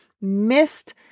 missed